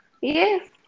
Yes